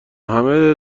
همه